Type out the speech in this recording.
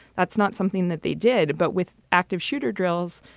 that's not something that they did, but with active shooter drills.